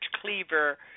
Cleaver